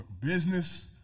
business